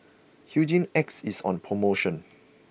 Hygin X is on promotion